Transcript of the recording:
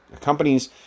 companies